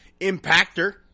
Impactor